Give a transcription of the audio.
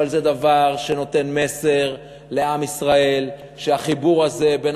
אבל זה דבר שנותן מסר לעם ישראל שהחיבור הזה בין